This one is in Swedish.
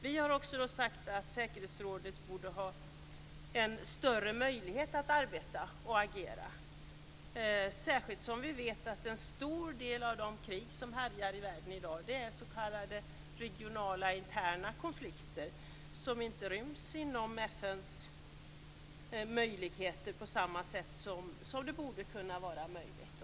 Vi har också sagt att säkerhetsrådet borde ha större möjligheter att arbeta och agera, särskilt med tanke på att en stor del av de krig som härjar i världen i dag beror på regionala och interna konflikter där FN inte kan uppträda på sådant sätt som borde vara möjligt.